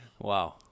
wow